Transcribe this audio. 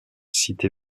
cité